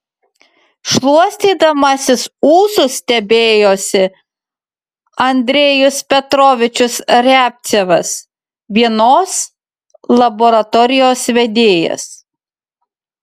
šluostydamasis ūsus stebėjosi andrejus petrovičius riabcevas vienos laboratorijos vedėjas